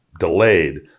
delayed